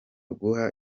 guha